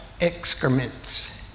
excrements